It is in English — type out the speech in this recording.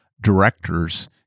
directors